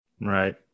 Right